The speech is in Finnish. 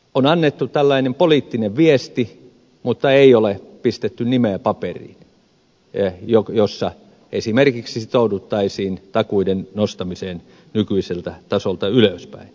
on annettu tällainen poliittinen viesti mutta ei ole pistetty nimeä paperiin jossa esimerkiksi sitouduttaisiin takuiden nostamiseen nykyiseltä tasolta ylöspäin